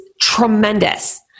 tremendous